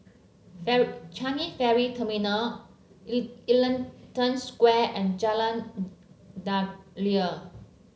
Changi Ferry Terminal Ellington Square and Jalan Daliah